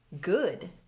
good